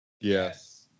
Yes